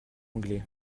anglais